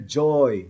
joy